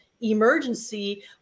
emergency